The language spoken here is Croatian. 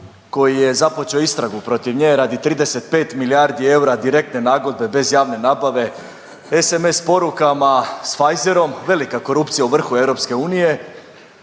koji je započeo istragu protiv nje radi 35 milijardi eura direktne nagodbe bez javne nabave, sms porukama s Pfizerom, velika korupcija u vrhu EU.